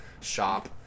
shop